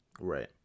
Right